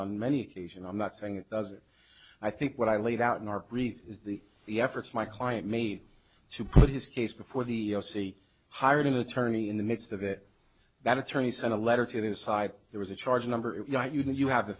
on many occasion i'm not saying it does it i think what i laid out in our brief is the the efforts my client made to put his case before the sea hired an attorney in the midst of it that attorney sent a letter to his side there was a charge number if you have the